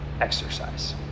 exercise